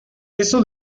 eso